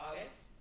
August